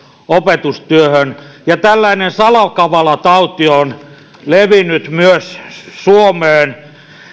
opetustyöhön ja tällainen salakavala tauti on levinnyt myös suomeen